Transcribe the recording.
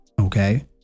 okay